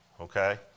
okay